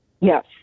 Yes